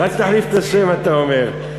רק תחליף את השם, אתה אומר.